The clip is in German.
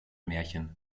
märchen